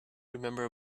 remember